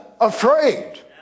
afraid